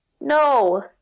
No